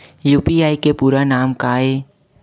UPI के पूरा नाम का ये?